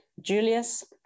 Julius